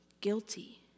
guilty